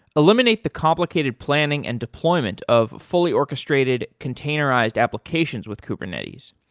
eliminate the complicated planning and deployment of fully orchestrated containerized applications with kubernetes.